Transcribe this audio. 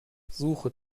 suche